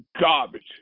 garbage